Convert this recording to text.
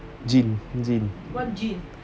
gene gene